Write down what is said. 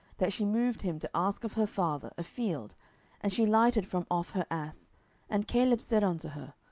that she moved him to ask of her father a field and she lighted from off her ass and caleb said unto her,